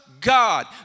God